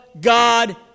God